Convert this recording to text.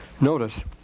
Notice